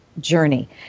journey